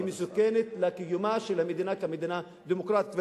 היא מסוכנת לקיומה של המדינה כמדינה דמוקרטית.